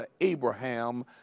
Abraham